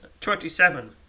Twenty-seven